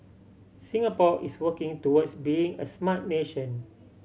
Singapore is working towards being a smart nation